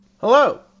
Hello